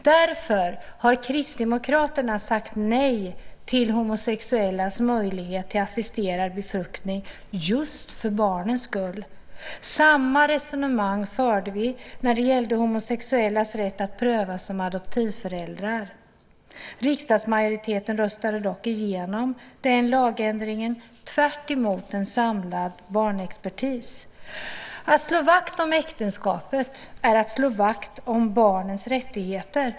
Därför har Kristdemokraterna sagt nej till homosexuellas möjlighet till assisterad befruktning - alltså just för barnens skull. Samma resonemang förde vi när det gällde homosexuellas rätt att prövas som adoptivföräldrar. Riksdagsmajoriteten röstade dock igenom den lagändringen, tvärtemot en samlad barnexpertis. Att slå vakt om äktenskapet är att slå vakt om barnens rättigheter.